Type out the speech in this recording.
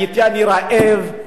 הייתי רעב,